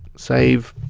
save,